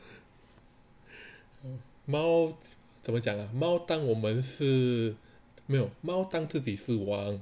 猫怎么讲啊猫当我们是没有猫当自己是皇